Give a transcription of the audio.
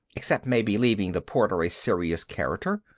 except maybe leaving the porter a serious character?